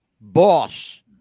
boss